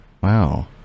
Wow